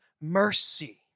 mercy